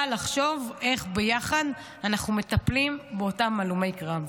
אבל לחשוב איך ביחד אנחנו מטפלים באותם הלומי קרב.